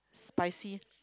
spicy